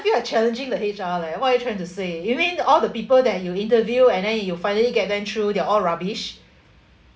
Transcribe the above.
feel like challenging the H_R leh what are you trying to say you mean all the people that you interview and then you finally get them through they're all rubbish